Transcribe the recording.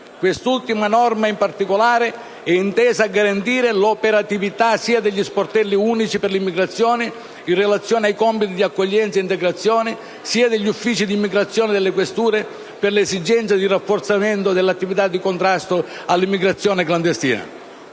Quest'ultima norma, in particolare, è intesa a garantire l'operatività sia degli Sportelli unici per l'immigrazione, in relazione ai compiti di accoglienza ed integrazione, sia degli Uffici immigrazione delle questure, per le esigenze di rafforzamento delle attività di contrasto all'immigrazione clandestina.